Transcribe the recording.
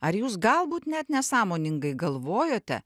ar jūs galbūt net nesąmoningai galvojote